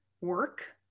work